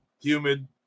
humid